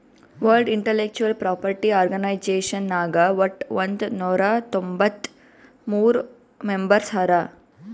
world intellectual property organization ನಾಗ್ ವಟ್ ಒಂದ್ ನೊರಾ ತೊಂಬತ್ತ ಮೂರ್ ಮೆಂಬರ್ಸ್ ಹರಾ